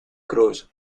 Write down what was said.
cruz